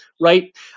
right